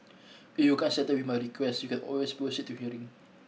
if you can't settle my request you can always proceed to hearing